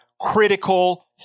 critical